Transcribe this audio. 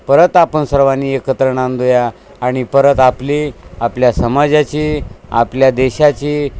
परत आपण सर्वांनी एकत्र नांदूया आणि परत आपली आपल्या समाजाची आपल्या देशाची